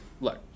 look